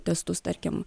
testus tarkim